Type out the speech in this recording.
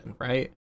right